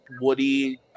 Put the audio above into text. Woody